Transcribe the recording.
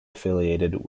affiliated